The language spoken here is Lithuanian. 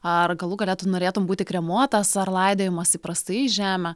ar galų gale tu norėtum būti kremuotas ar laidojamas įprastai į žemę